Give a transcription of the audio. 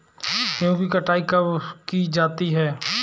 गेहूँ की कटाई कब की जाती है?